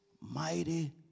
mighty